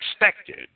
expected